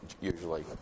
usually